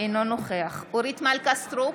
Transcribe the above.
אינו נוכח אורית מלכה סטרוק,